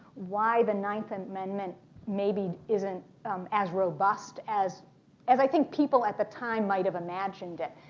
why the ninth amendment maybe isn't as robust as as i think people at the time might have imagined it.